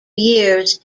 years